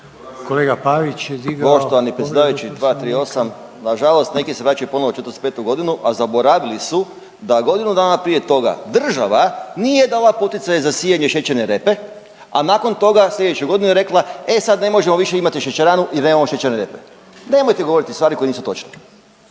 Kolega Pavić je digao